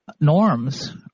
norms